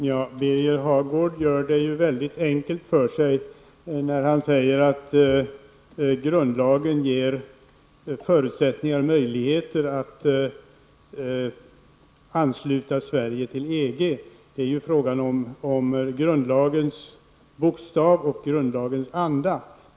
Herr talman! Birger Hagård gör det väldigt enkelt för sig, när han säger att grundlagen ger förutsättningar för att ansluta Sverige till EG. Det är ju fråga om grundlagens bokstav och grundlagens anda.